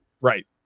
Right